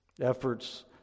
Efforts